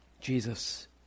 Jesus